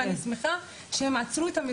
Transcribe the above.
ואני שמחה שהם עצרו את המבצע.